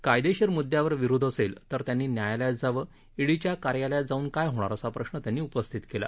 कायदेशीर मुद्यावर विरोध असेल तर त्यांनी न्यायालयात जावं ईडीच्या कार्यालयात जाऊन काय होणार असा प्रश्न त्यांनी उपस्थित केला